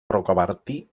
rocabertí